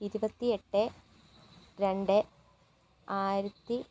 ഇരുപത്തിയെട്ട് രണ്ട് ആയിരത്തി